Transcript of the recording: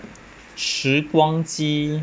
时光机